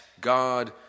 God